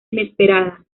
inesperada